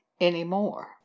anymore